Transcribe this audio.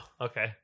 okay